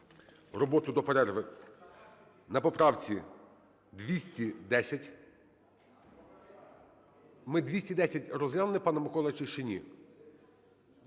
роботу до перерви на поправці 2010. Ми 2010 розглянули, пане Миколо, чи